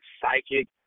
psychic